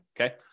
Okay